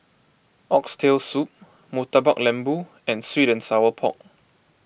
Oxtail Soup Murtabak Lembu and Sweet and Sour Pork